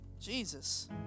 Jesus